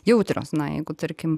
jautrios na jeigu tarkim